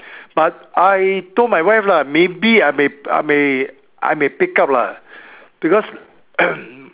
but I told my wife lah maybe I may I may I may pick up lah because